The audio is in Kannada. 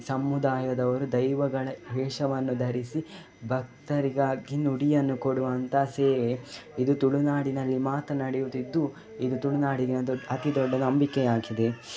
ಸಮುದಾಯದವರು ದೈವಗಳ ವೇಷವನ್ನು ಧರಿಸಿ ಭಕ್ತರಿಗಾಗಿ ನುಡಿಯನ್ನು ಕೊಡುವಂಥ ಸೇವೆ ಇದು ತುಳುನಾಡಿನಲ್ಲಿ ಮಾತ್ರ ನಡೆಯುತ್ತಿದ್ದು ಇದು ತುಳುನಾಡಿನ ದೊಡ್ಡ ಅತಿ ದೊಡ್ಡ ನಂಬಿಕೆ ಆಗಿದೆ